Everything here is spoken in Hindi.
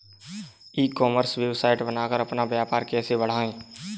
ई कॉमर्स वेबसाइट बनाकर अपना व्यापार कैसे बढ़ाएँ?